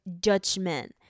judgment